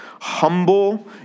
humble